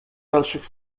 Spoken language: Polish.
dalszych